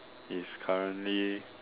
if currently